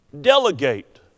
Delegate